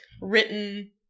Written